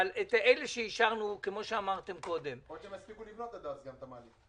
יכול להיות שהם יספיקו לבנות עד אז את המעלית.